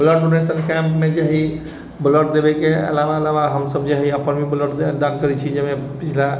blood donation कैम्पमे जे हइ ब्लड देबैके अलावा अलावा हमसब जे हइ अपन भी ब्लड दान करै छी जाहिमे पछिला